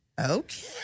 Okay